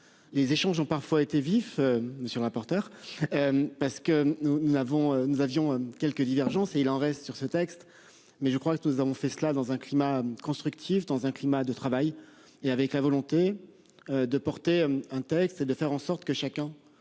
Les échanges ont parfois été vifs sur porteur. Parce que nous n'avons nous avions quelques divergences et il en reste sur ce texte. Mais je crois que nous avons fait cela dans un climat constructif dans un climat de travail et avec la volonté. De porter un texte de faire en sorte que chacun